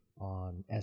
on